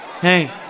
Hey